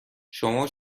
شما